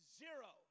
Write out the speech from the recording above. zero